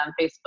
Facebook